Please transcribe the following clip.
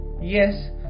yes